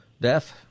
death